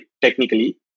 technically